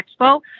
expo